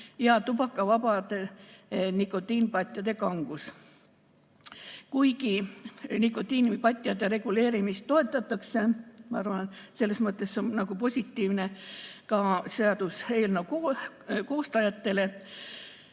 ja tubakavabade nikotiinipatjade kangus. Kuigi nikotiinipatjade reguleerimist toetatakse, ma arvan, et selles mõttes see on positiivne ka seaduseelnõu koostajatele